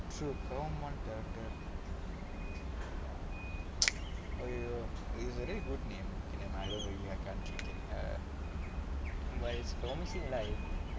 true